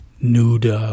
nude